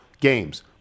games